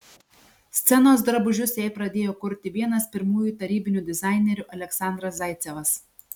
scenos drabužius jai pradėjo kurti vienas pirmųjų tarybinių dizainerių aleksandras zaicevas